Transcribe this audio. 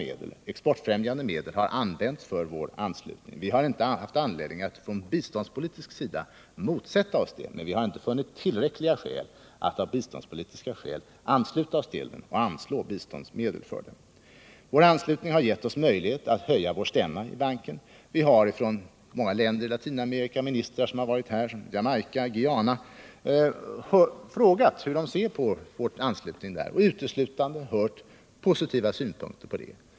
Exportbefrämjande medel har använts för vår anslutning. Vi har inte haft anledning att från biståndspolitisk synpunkt motsätta oss det, men vi har inte funnit tillräckliga biståndspolitiska skäl för att ansluta oss till banken och anslå biståndsmedel till den. Vår anslutning har gett oss möjlighet att höja vår stämma i banken. Vi har frågat många ministrar från Latinamerika som har varit här, bl.a. Jamaicas och Guyanas, hur de ser på vår anslutning till IDB. Vi har uteslutande hört positiva synpunkter.